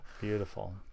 Beautiful